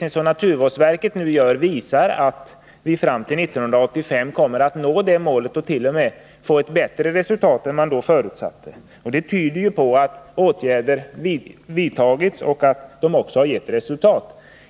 Naturvårdsverkets redovisning visar att vi fram till år 1985 kommer att nå det målet och t.o.m. få ett bättre resultat än det man förutsatte. Det tyder på att åtgärder har vidtagits och att de även gett resultat.